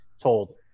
told